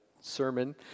sermon